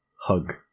hug